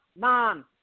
Mom